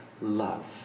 love